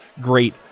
great